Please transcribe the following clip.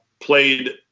played